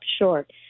short